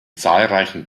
zahlreichen